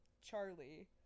Charlie